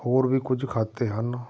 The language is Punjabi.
ਹੋਰ ਵੀ ਕੁਝ ਖਾਤੇ ਹਨ